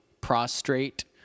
prostrate